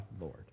Lord